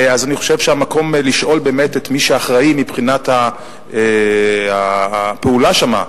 אני חושב שהמקום לשאול את מי שאחראי מבחינת הפעולה שם,